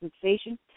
sensation